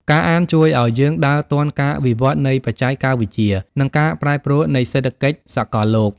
ការអានជួយឱ្យយើងដើរទាន់ការវិវឌ្ឍនៃបច្ចេកវិទ្យា និងការប្រែប្រួលនៃសេដ្ឋកិច្ចសកលលោក។